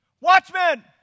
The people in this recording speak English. Watchmen